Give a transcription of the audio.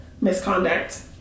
misconduct